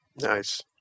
Nice